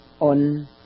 on